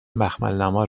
مخملنما